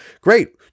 Great